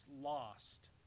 lost